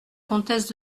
comtesse